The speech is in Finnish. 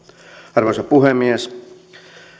arvoisa puhemies